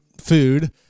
food